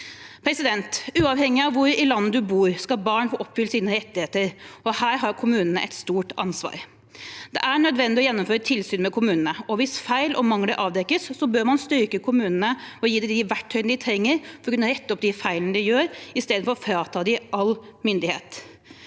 Uavhengig av hvor i landet man bor, skal barn få oppfylt sine rettigheter. Her har kommunene et stort ansvar. Det er nødvendig å gjennomføre tilsyn med kommunene, og hvis feil og mangler avdekkes, bør man styrke kommunene og gi dem de verktøyene de trenger for å kunne rette opp de feilene de gjør, i stedet for å frata dem all myndighet